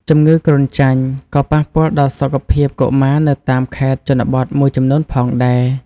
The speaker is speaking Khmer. ជំងឺគ្រុនចាញ់ក៏ប៉ះពាល់ដល់សុខភាពកុមារនៅតាមខេត្តជនបទមួយចំនួនផងដែរ។